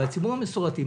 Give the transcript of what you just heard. והציבור המסורתי,